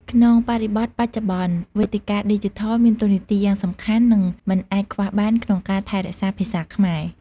ក្នុងបរិបទបច្ចុប្បន្ន វេទិកាឌីជីថល មានតួនាទីយ៉ាងសំខាន់ និងមិនអាចខ្វះបានក្នុងការថែរក្សាភាសាខ្មែរ។